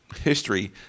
history